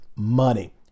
money